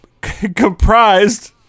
comprised